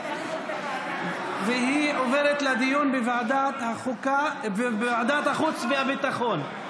ההצעה עוברת לדיון בוועדת החוץ והביטחון.